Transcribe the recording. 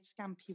scampi